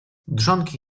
dżonki